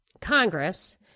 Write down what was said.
Congress